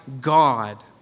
God